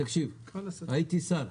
הייתי שר,